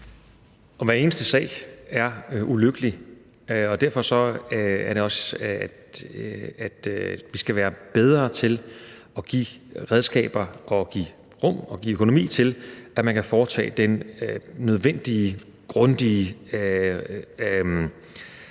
Og hver eneste sag er ulykkelig. Det er jo også derfor, at vi skal være bedre til at give redskaber og give rum og give økonomi til, at man kan foretage den nødvendige og grundige